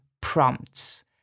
prompts